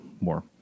more